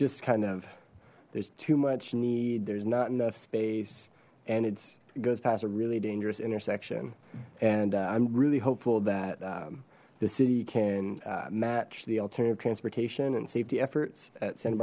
just kind of there's too much need there's not enough space and it goes past a really dangerous intersection and i'm really hopeful that the city can match the alternative transportation and safety efforts at santa